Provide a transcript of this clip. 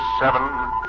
Seven